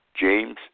James